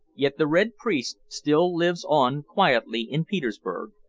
yet the red priest still lives on quietly in petersburg,